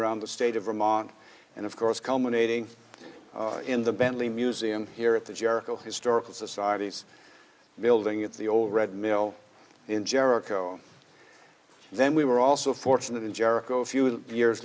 around the state of vermont and of course culminating in the bentley museum here at the jericho historical societies building at the old red mill in jericho then we were also fortunate in jericho a few years